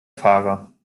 fahrer